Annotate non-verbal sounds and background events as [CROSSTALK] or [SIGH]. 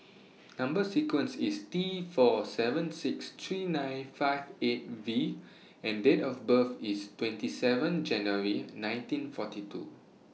[NOISE] Number sequence IS T four seven six three nine five eight V and Date of birth IS twenty seven January nineteen forty two